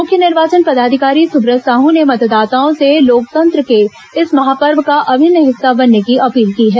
मुख्य निर्वाचन पदाधिकारी सुब्रत साहू ने मतदाताओं से लोकतंत्र के इस महापर्व का अभिन्न हिस्सा बनने की अपील की है